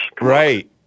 right